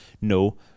No